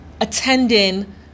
attending